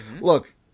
look